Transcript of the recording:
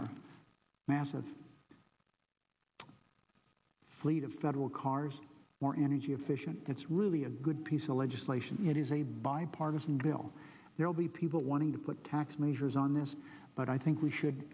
our massive fleet of federal cars more energy efficient it's really a good piece of legislation it is a bipartisan bill there will be people wanting to put tax measures on this but i think we should